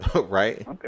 right